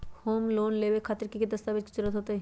Home loan लेबे खातिर की की दस्तावेज के जरूरत होतई?